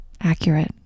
Accurate